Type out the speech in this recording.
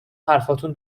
حرفاتون